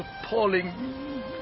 appalling